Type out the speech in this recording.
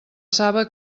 saba